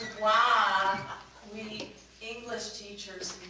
why we english teachers